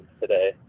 today